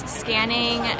scanning